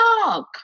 dog